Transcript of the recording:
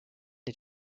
est